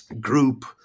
group